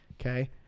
Okay